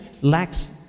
lacks